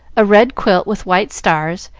a red quilt with white stars,